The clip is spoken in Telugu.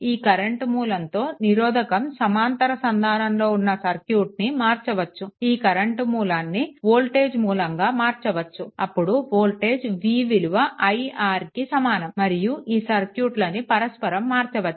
ఈ కరెంట్ మూలంతో నిరోధకం సమాంతర సంధానంలో ఉన్న సర్క్యూట్ని మార్చవచ్చు ఈ కరెంట్ మూలాన్ని వోల్టేజ్ మూలంగా మార్చవచ్చు అప్పుడు వోల్టేజ్ v విలువ iRకి సమానం మరియు ఈ సర్క్యూట్లను పరస్పరం మార్చవచ్చు